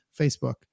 Facebook